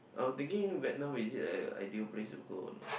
I were thinking Vietnam is it a ideal place to go or not